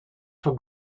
for